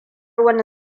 wani